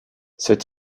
cet